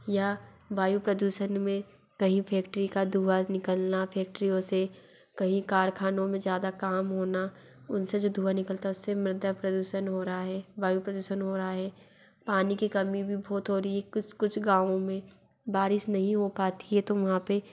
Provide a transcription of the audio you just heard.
या वायु प्रदूसण में कहीं फेक्टरी का धुआँ निकलना फेक्टरियों से कहीं कारखानों में ज़्यादा काम होना उनसे जो धुआँ निकलता है उससे मृदा प्रदूसण हो रहा है वायु प्रदूसण हो रहा है पानी की कमी भी बहुत हो रही हे कुछ कुछ गाँवों में बारिश नहीं हो पाती है तो वहाँ पर